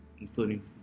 including